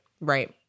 right